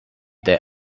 their